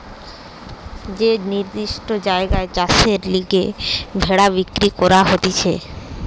যে নির্দিষ্ট জায়গায় চাষের লিগে ভেড়া বিক্রি করা হতিছে